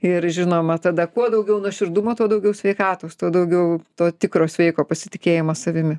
ir žinoma tada kuo daugiau nuoširdumo tuo daugiau sveikatos tuo daugiau to tikro sveiko pasitikėjimo savimi